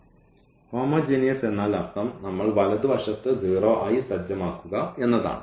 homogeneous എന്നാൽ അർത്ഥം നമ്മൾ വലതുവശത്ത് 0 ആയി സജ്ജമാക്കുക എന്നാണ്